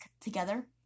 together